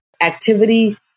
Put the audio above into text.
activity